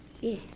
Yes